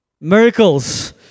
Miracles